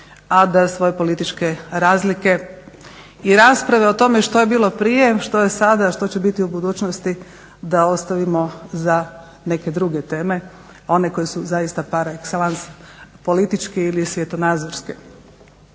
a da svoje političke razlike i rasprave o tome što je bilo prije, što je sada, što će biti u budućnosti da ostavimo za neke druge teme one koje su zaista par excellence politički ili svjetonazorske.